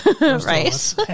Right